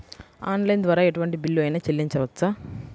Online ద్వారా ఎటువంటి bill అయినా చెల్లించవచ్చా?